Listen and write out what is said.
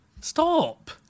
Stop